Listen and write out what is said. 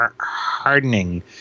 hardening